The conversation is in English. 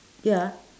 ya